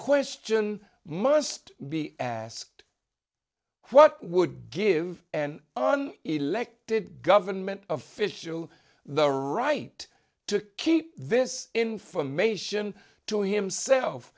question must be asked what would give an on elected government official the right to keep this information to himself